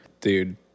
dude